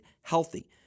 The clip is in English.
healthy